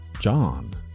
John